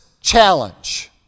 challenge